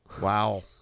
Wow